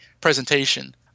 presentation